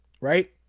right